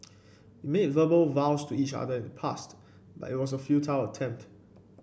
verbal vows to each other in the past but it was a futile attempt